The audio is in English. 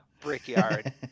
brickyard